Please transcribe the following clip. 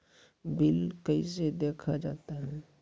Bill कैसे देखा जाता हैं?